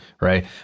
Right